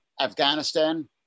Afghanistan